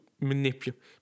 manipulate